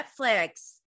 Netflix